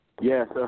Yes